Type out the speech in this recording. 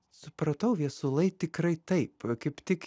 supratau viesulai tikrai taip kaip tik